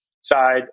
side